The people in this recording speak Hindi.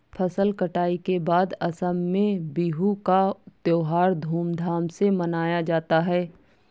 फसल कटाई के बाद असम में बिहू का त्योहार धूमधाम से मनाया जाता है